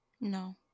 No